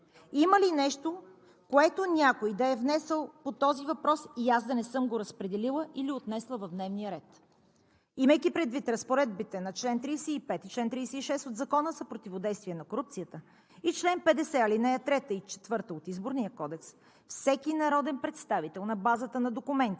Има ли нещо, което някой да е внесъл по този въпрос и аз да не съм го разпределила или отнесла в дневния ред? Имайки предвид разпоредбите на чл. 35 и чл. 36 от Закона за противодействие на корупцията и чл. 50, ал. 3 и ал. 4 от Изборния кодекс, всеки народен представител на базата на документи